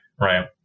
right